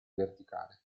verticale